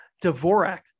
Dvorak